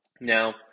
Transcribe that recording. Now